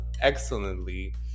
excellently